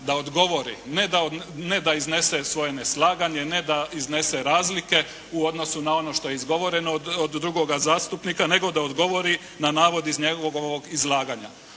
Da odgovori. Ne da iznese svoje neslaganje, ne da iznese razlike u odnosu na ono što je izgovoreno od drugoga zastupnika, nego da odgovori na navod iz njegovog izlaganja.